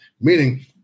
Meaning